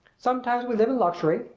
sometimes we live in luxury.